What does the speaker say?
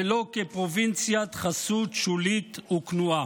ולא כפרובינציית חסות שולית וכנועה.